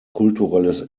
kulturelles